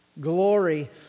Glory